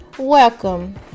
Welcome